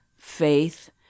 faith